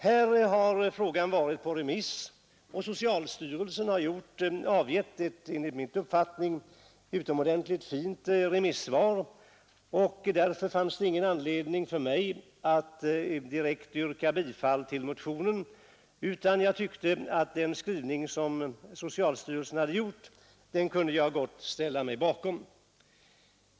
Frågan har varit ute på remiss, och socialstyrelsen har avgivit ett enligt min uppfattning utomordentligt fint remissvar. Jag hade därför ingen anledning att direkt yrka bifall till motionen utan tyckte att jag mycket väl kunde ställa mig bakom socialstyrelsens skrivning.